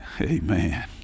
Amen